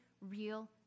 real